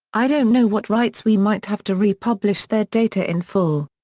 i don't know what rights we might have to re-publish their data in full.